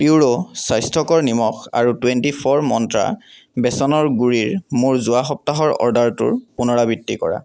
পিউৰো স্বাস্থ্যকৰ নিমখ আৰু টুৱেণ্টি ফৰ মন্ত্ৰা বেচনৰ গুড়িৰ মোৰ যোৱা সপ্তাহৰ অৰ্ডাৰটোৰ পুনৰাবৃত্তি কৰা